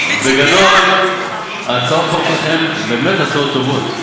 בגדול, הצעות החוק שלכם באמת הצעות טובות,